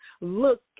Look